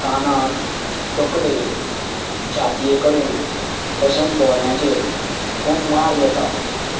कानाक तकलेक छातये कडेन तशेंच दोळ्यांचेर खूब मार येता